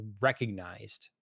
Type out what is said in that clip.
recognized